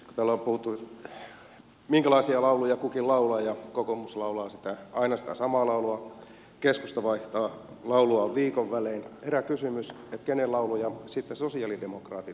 puhuttu siitä minkälaisia lauluja kukin laulaa ja kokoomus laulaa aina sitä samaa laulua ja keskusta vaihtaa lauluaan viikon välein herää kysymys kenen lauluja sitten sosialidemokraatit laulavat